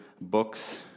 books